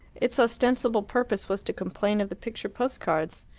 its ostensible purpose was to complain of the picture postcards.